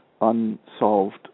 unsolved